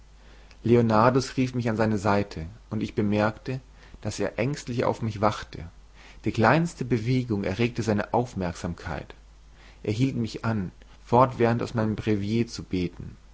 leonardus rief mich an seine seite und ich bemerkte daß er ängstlich auf mich wachte die kleinste bewegung erregte seine aufmerksamkeit er hielt mich an fortwährend aus meinem brevier zu beten